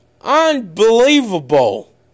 Unbelievable